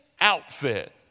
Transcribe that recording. outfit